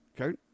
Okay